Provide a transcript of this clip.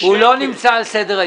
הוא לא נמצא על סדר-היום,